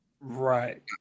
Right